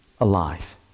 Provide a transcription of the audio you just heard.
alive